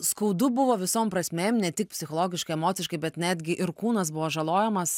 skaudu buvo visom prasmėm ne tik psichologiškai emociškai bet netgi ir kūnas buvo žalojamas